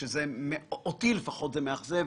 שאותי לפחות זה מאכזב,